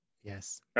Yes